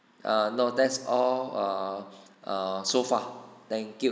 err no that's all err err so far thank you